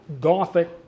gothic